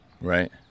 right